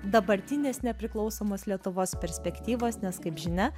dabartinės nepriklausomos lietuvos perspektyvos nes kaip žinia